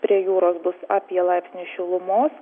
prie jūros bus apie laipsnį šilumos